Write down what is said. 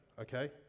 okay